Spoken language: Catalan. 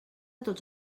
tots